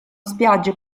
spiagge